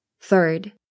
Third